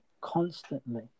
constantly